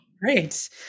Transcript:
Great